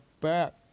back